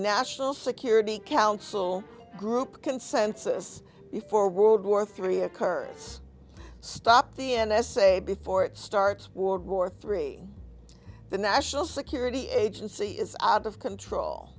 national security council group consensus before world war three occurs stop the n s a before it starts war war three the national security agency is out of control